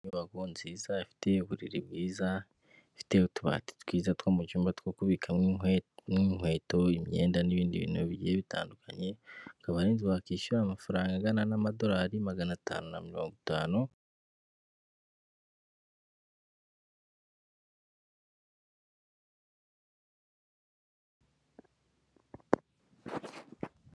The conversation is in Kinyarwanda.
Inyubako nziza ifite uburiri bwiza, ifite utubati twiza two mu cyumba two kubikamo inkweto, imyenda, n'ibindi bintu bigiye bitandukanye, akaba ari inzu wakwishyura amafaranga angana n'amadorari magana atanu na mirongo itanu.